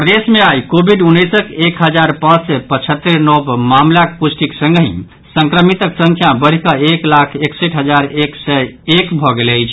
प्रदेश मे आई कोविड उन्नैसक एक हजार पांच सय पचहत्तरि नव मामिलाक पुष्टिक संगहि संक्रमितक संख्या बढ़िकऽ एक लाख एकसठि हजार एक सय एक भऽ गेल अछि